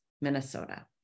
Minnesota